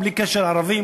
בלי קשר ערבים,